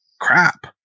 crap